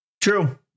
True